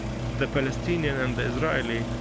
the palestinian and the israeli,